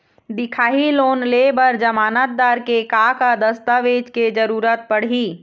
दिखाही लोन ले बर जमानतदार के का का दस्तावेज के जरूरत पड़ही?